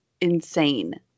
insane